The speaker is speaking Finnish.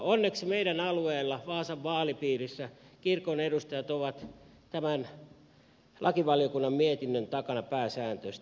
onneksi meidän alueellamme vaasan vaalipiirissä kirkon edustajat ovat tämän lakivaliokunnan mietinnön takana pääsääntöisesti